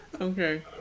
Okay